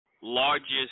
largest